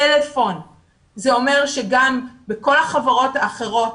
זה אומר שגם בכל החברות האחרות,